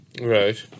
right